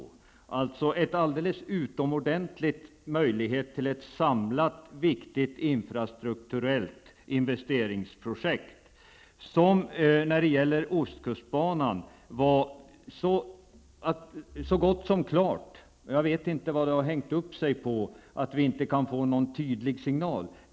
Det finns alltså här en alldeles utomordentlig möjlighet till ett samlat viktigt infrastrukturellt investeringsprojekt. Detta projekt var när det gäller ostkustbanan så gott som klart. Jag vet inte vad som har hängt upp sig och varför vi inte kan få någon tydlig signal.